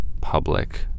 public